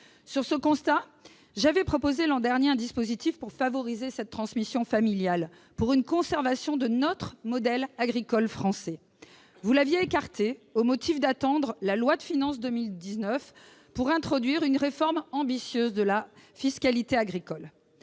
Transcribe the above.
de ce constat, j'avais proposé l'an dernier un dispositif visant à favoriser la transmission familiale et à préserver notre modèle agricole français. Vous l'aviez écarté, au motif qu'il fallait attendre la loi de finances de 2019 pour introduire une réforme ambitieuse de la fiscalité agricole.